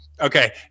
Okay